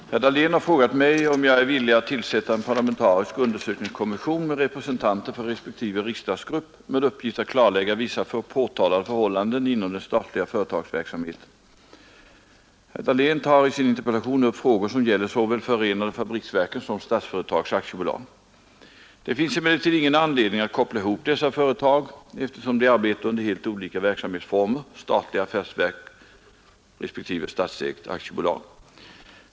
Herr talman! Herr Dahlén har frågat mig om jag är villig att tillsätta en parlamentarisk undersökningskommission med representanter för respektive riksdagsgrupp med uppgift att klarlägga vissa påtalade förhållanden inom den statliga företagsverksamheten. Herr Dahlén tar i sin interpellation upp frågor som gäller såväl förenade fabriksverken som Statsföretag AB. Det finns emellertid ingen anledning att koppla ihop dessa företag, eftersom de arbetar under helt olika verksamhetsformer, statligt affärsverk respektive statsägt aktiebolag.